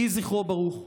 יהי זכרו ברוך.